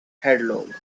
headlong